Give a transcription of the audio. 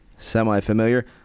semi-familiar